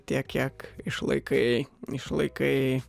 tiek kiek išlaikai išlaikai